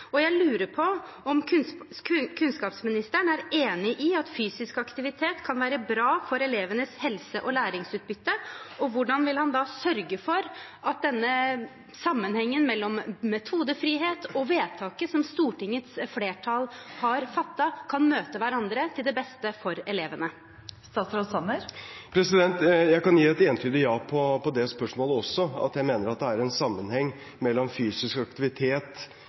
Jeg lurer på om kunnskapsministeren er enig i at fysisk aktivitet kan være bra for elevenes helse og læringsutbytte. Og hvordan vil han da sørge for å se sammenhengen mellom metodefrihet og vedtaket som Stortingets flertall har fattet, slik at de kan møte hverandre – til det beste for elevene? Jeg kan si et entydig ja på det spørsmålet også, at jeg mener at det er en sammenheng mellom fysisk aktivitet,